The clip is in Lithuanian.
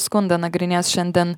skundą nagrinės šiandien